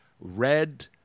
red